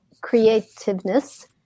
creativeness